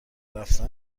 رفتن